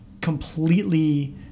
completely